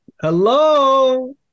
Hello